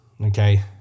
Okay